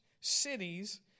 cities